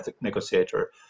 negotiator